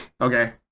okay